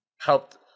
helped